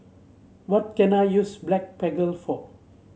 what can I use Blephagel for